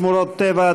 שמורות טבע,